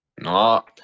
No